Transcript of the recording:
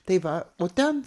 tai va o ten